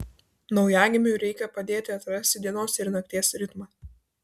naujagimiui reikia padėti atrasti dienos ir nakties ritmą